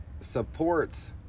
supports